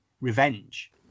revenge